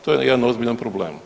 To je jedan ozbiljan problem.